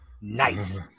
Nice